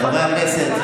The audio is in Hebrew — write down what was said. חברי הכנסת,